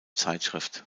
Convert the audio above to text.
zeitschrift